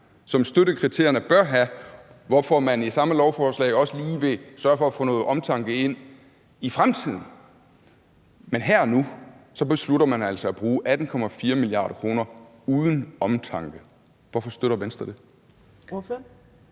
som støttekriterierne bør have, hvorfor man i samme lovforslag også lige vil sørge for at få noget omtanke ind i fremtiden. Men her og nu beslutter man altså at bruge 18,4 mia. kr. uden omtanke. Hvorfor støtter Venstre det?